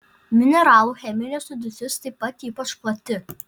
mineralų cheminė sudėtis taip pat ypač plati